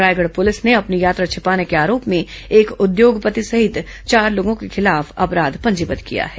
Raigarh police ने अपनी यात्रा छिपाने के आरोप में एक उद्योगपति सहित चार लोगों के खिलाफ अपराध पंजीबद्ध किया है